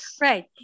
right